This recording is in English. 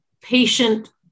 patient